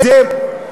זה,